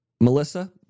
Melissa